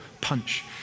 punch